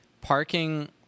Parking